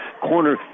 corner